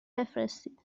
بفرستید